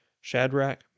Shadrach